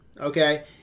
Okay